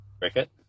Cricket